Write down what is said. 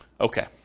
Okay